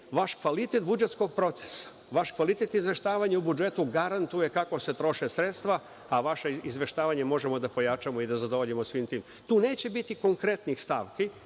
vaš kvalitet budžetskog procesa, vaš kvalitet izveštavanja o budžetu vam garantuje kako se troše sredstva, a vaše izveštavanje možemo da pojačamo i da zadovoljimo svim tim. Tu neće biti konkretnih stavki,